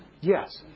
Yes